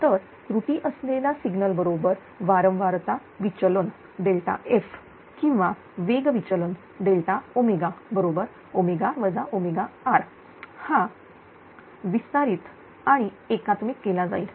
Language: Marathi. तर त्रुटी असलेला सिग्नल बरोबर वारंवारता विचलन Fकिंवा वेग विचलन बरोबर r हा विस्तारित आणि एकात्मिक केला जाईल